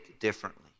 differently